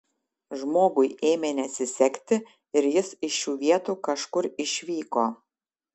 žmogui ėmė nesisekti ir jis iš šių vietų kažkur išvyko